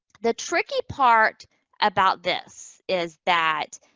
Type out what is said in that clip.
the tricky part about this is that,